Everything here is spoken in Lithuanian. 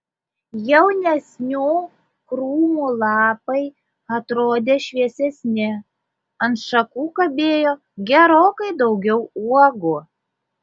jaunesnių krūmų lapai atrodė šviesesni ant šakų kabėjo gerokai daugiau uogų